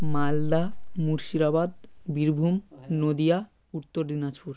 Malda Murshidabad Birbhum Nadia Uttar Dinajpur